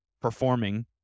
performing